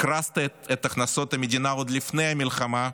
הקרסת את הכנסות המדינה עוד לפני המלחמה,